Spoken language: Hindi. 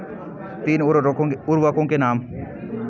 तीन उर्वरकों के नाम?